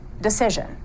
decision